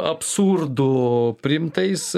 absurdu priimtais